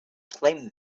claimed